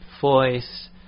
voice